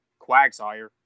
Quagsire